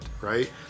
right